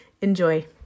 enjoy